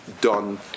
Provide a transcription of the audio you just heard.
done